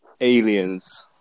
Aliens